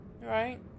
right